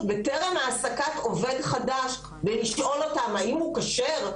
בטרם העסקת עובד חדש ולשאול אותם האם הוא כשר?